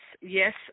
Yes